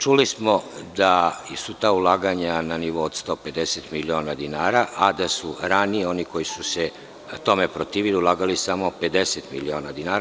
Čuli smo da su ta ulaganja na nivou od 150 miliona dinara, a da su ranije oni koji su se tome protivili ulagali samo 50 miliona dinara.